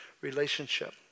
relationship